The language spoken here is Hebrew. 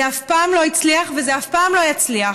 זה אף פעם לא הצליח וזה אף פעם לא יצליח.